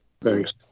Thanks